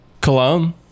Cologne